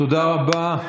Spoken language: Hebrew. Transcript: תודה רבה,